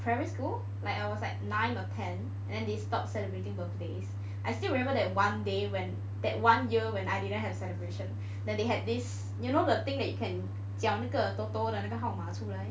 primary school like I was like nine or ten and then they stopped celebrating birthdays I still remember that one day when that one year when I didn't have celebration that they had this you know the thing that you can 讲那个 TOTO 的那个号码出来